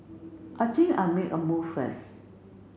I think I'll make a move first